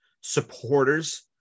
supporters